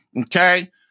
Okay